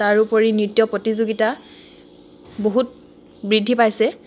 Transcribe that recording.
তাৰোপৰি নৃত্য প্ৰতিযোগিতা বহুত বৃদ্ধি পাইছে